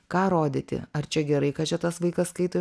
ką rodyti ar čia gerai kad čia tas vaikas skaito